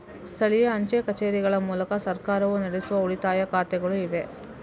ಸ್ಥಳೀಯ ಅಂಚೆ ಕಚೇರಿಗಳ ಮೂಲಕ ಸರ್ಕಾರವು ನಡೆಸುವ ಉಳಿತಾಯ ಖಾತೆಗಳು ಇವೆ